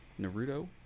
Naruto